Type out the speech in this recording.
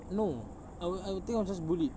no I wa~ I think I was just bullied